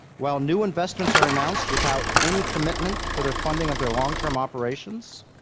while new investments are announced without any commitment for their funding of their long-term operations.